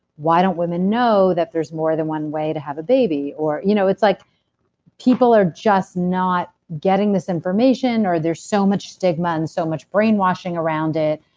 why don't women know that there's more than one way to have a baby? you know it's like people are just not getting this information, or there's so much stigma and so much brainwashing around it,